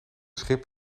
schip